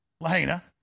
Lahaina